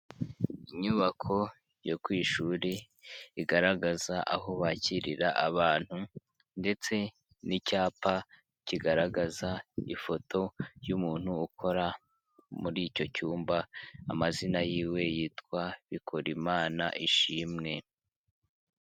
Inyubako yo ku ishuri igaragaza aho bakirira abantu ndetse n'icyapa kigaragaza ifoto y'umuntu ukora muri icyo cyumba, amazina y'iwe yitwa BIKORIMANA Ishimwe.